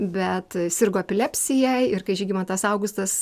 bet sirgo epilepsija ir kai žygimantas augustas